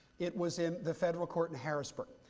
it was in the federal court in harrisburg.